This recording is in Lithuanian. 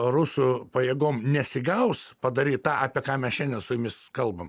rusų pajėgom nesigaus padaryt tą apie ką mes šiandien su jumis kalbam